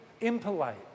impolite